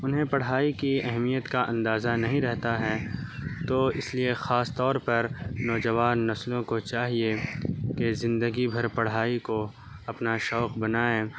انہیں پڑھائی کی اہمیت کا اندازہ نہیں رہتا ہے تو اس لیے خاص طور پر نوجوان نسلوں کو چاہیے کہ زندگی بھر پڑھائی کو اپنا شوق بنائیں